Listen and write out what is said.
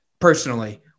Personally